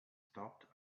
stopped